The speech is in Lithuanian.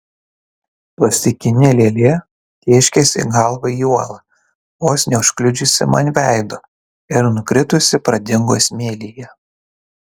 plastikinė lėlė tėškėsi galva į uolą vos neužkliudžiusi man veido ir nukritusi pradingo smėlyje